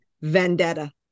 vendetta